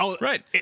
Right